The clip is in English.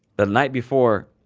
the night before,